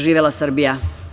Živela Srbija!